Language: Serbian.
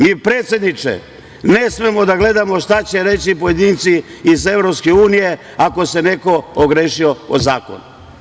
Mi, predsedniče, ne smemo da gledamo šta će reći pojedinci iz EU ako se neko ogrešio o zakon.